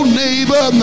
neighbor